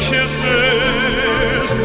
Kisses